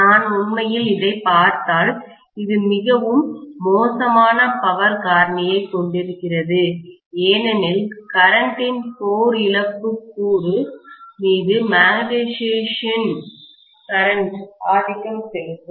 நான் உண்மையில் இதை பார்த்தால் இது மிகவும் மோசமான பவர் காரணியைக் கொண்டிருக்கிறது ஏனெனில் கரண்டின்மின்னோட்டத்தின் கோர் இழப்பு கூறு மீது மேக்னட்டைசேஷன் கரண்ட்மின்னோட்டம் ஆதிக்கம் செலுத்தும்